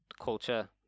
culture